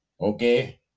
Okay